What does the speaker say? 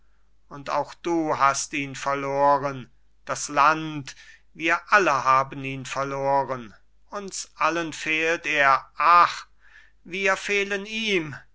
und auch du hast ihn verloren das land wir alle haben ihn verloren uns allen fehlt er ach wir fehlen ihm